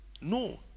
no